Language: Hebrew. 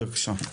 בבקשה,